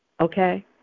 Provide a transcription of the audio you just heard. okay